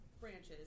branches